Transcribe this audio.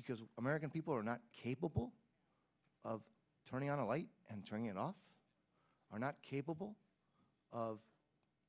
because american people are not capable of turning on a light and turning it off are not capable of